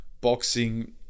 boxing